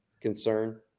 concern